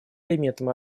элементом